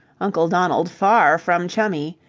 uncle donald far from chummy.